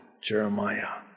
Jeremiah